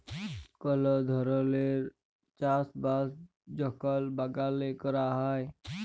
call ধরলের চাষ বাস যখল বাগালে ক্যরা হ্যয়